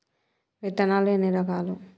విత్తనాలు ఎన్ని రకాలు?